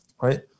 Right